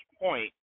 point